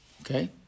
Okay